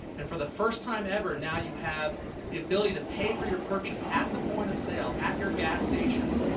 and for the first time ever, now you have the ability to pay for your purchase at your point of sale at your gas stations,